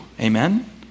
amen